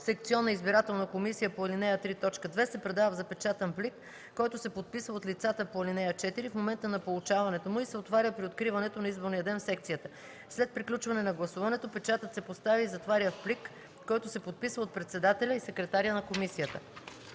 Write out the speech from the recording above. секционна избирателна комисия по ал. 3, т. 2 се предава в запечатан плик, който се подписва от лицата по ал. 4 в момента на получаването му и се отваря при откриването на изборния ден в секцията. След приключване на гласуването печатът се поставя и затваря в плик, който се подписва от председателя и секретаря на комисията.